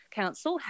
council